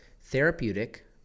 therapeutic